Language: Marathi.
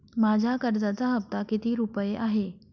माझ्या कर्जाचा हफ्ता किती रुपये आहे?